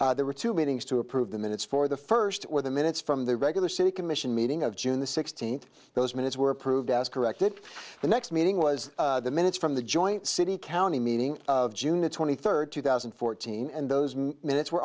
minutes there were two meetings to approve the minutes for the first with the minutes from the regular city commission meeting of june the sixteenth those minutes were approved as corrected the next meeting was the minutes from the joint city county meeting of june twenty third two thousand and fourteen and those minutes were